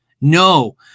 No